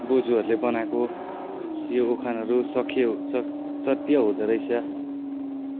बोजूहरूले बनाएको यो उखानहरू सक्य सत्य हुँदोरहेछ